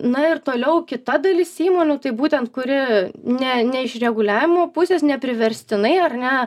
na ir toliau kita dalis įmonių tai būtent kuri ne ne iš reguliavimo pusės nepriverstinai ar ne